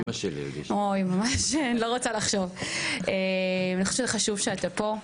אני חושבת שחשוב שאתה פה,